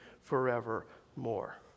forevermore